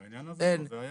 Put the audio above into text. בעניין הזה לא.